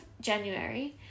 January